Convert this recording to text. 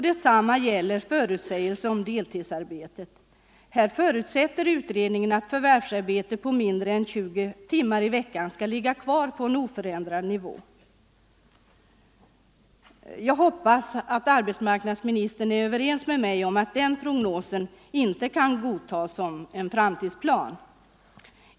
Detsamma gäller förutsägelser om deltidsarbete. Här förutsätter utredningen att förvärvsarbete på mindre än 20 timmar i veckan skall ligga kvar på en oförändrad nivå. Jag hoppas att arbetsmarknadsministern är överens med mig om att den prognosen inte kan godtas som en framtidsplan.